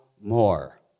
more